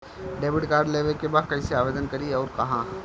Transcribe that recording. Debit card लेवे के बा कइसे आवेदन करी अउर कहाँ?